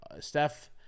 Steph